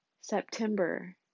September